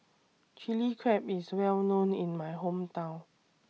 Chilli Crab IS Well known in My Hometown